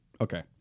Okay